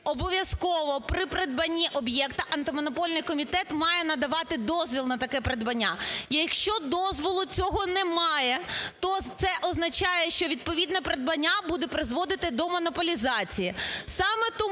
обов'язково при придбанні об'єкта Антимонопольний комітет має надавати дозвіл на таке придбання. Якщо дозволу цього немає, то це означає, що відповідне придбання буде призводити до монополізації.